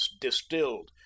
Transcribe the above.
distilled